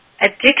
addiction